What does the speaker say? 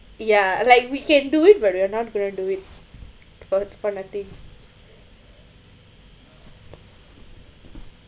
ya like we can do it but we're not going to do it for for nothing